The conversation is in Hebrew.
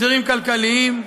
הסדרים כלכליים,